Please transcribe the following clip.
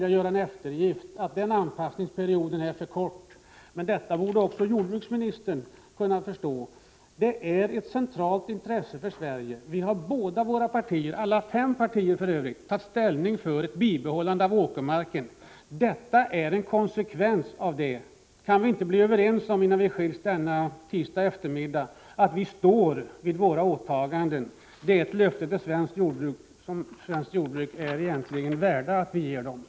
Jag håller med om att anpassningsperioden fem år är för kort. Men även jordbruksministern borde kunna förstå detta. Det är ett centralt intresse för Sverige. Alla riksdagens fem partier har för övrigt tagit ställning för ett bibehållande av åkermarken. Här är det fråga om en konsekvens av detta ställningstagande. Kan vi inte denna tisdagseftermiddag innan vi skiljs vara överens om att vi står vid våra åtaganden? Det vore ett löfte till svenskt jordbruk som svenskt jordbruk egentligen är värt att få.